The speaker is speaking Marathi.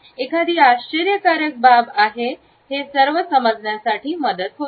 एखादी आश्चर्यकारक बाब आहे हे समजण्यासाठी मदत होते